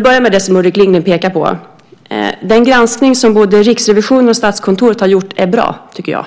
börjar med det som Ulrik Lindgren pekar på. Den granskning som både Riksrevisionen och Statskontoret har gjort är bra, tycker jag.